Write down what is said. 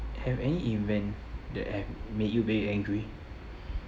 have any event that have made you very angry